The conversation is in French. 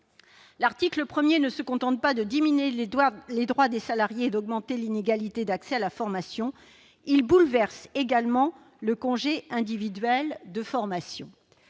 L'article 1 ne se contente pas de diminuer les droits des salariés et d'augmenter l'inégalité d'accès à la formation : il bouleverse également le congé individuel de formation,